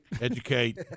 Educate